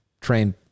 trained